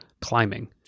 climbing